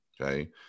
okay